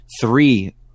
three